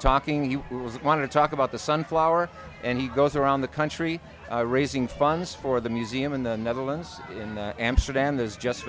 talking you want to talk about the sunflower and he goes around the country raising funds for the museum in the netherlands in amsterdam there's just